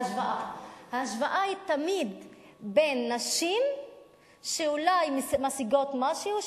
ההשוואה היא תמיד בין נשים שאולי משיגות משהו,